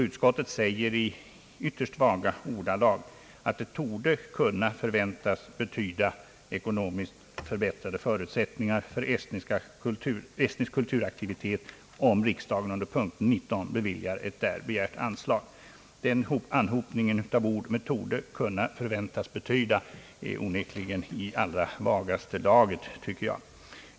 Utskottet säger vidare i ytterst vaga ordalag att det torde kunna förväntas betyda ekonomiskt förbättrade förutsättningar för estniska kulturaktiviteter, om riksdagen under punkt 19 beviljar ett där begärt anslag. Denna anhopning av ord — torde kunna förväntas betyda — är onekligen i allra vagaste laget.